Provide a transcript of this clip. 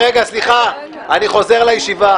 רגע, סליחה, אני חוזר לישיבה.